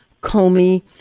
Comey